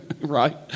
right